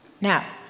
Now